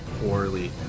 poorly